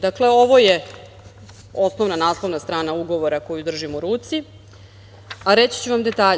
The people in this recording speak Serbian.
Dakle, ovo je osnovna naslovna strana ugovora koji držim u ruci, a reći ću vam detalje.